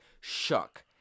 shook